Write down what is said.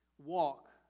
walk